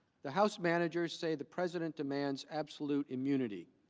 the house managers say the president demands absolute immunity.